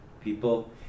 people